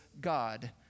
God